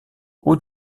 haut